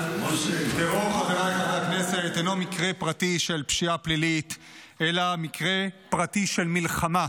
טרור אינו מקרה פרטי של פשיעה פלילית אלא מקרה פרטי של מלחמה.